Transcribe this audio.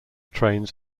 trains